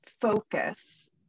focus